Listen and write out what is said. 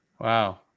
Wow